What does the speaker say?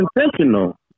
intentional